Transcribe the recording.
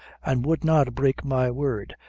and would not break my word,